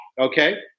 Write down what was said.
Okay